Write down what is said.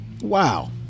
Wow